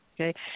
okay